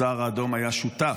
הסהר האדום היה שותף,